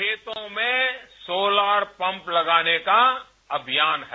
खेतों में solar pump लगाने का अभियान है